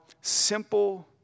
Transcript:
simple